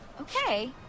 Okay